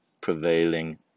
prevailing